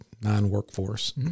non-workforce